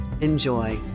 enjoy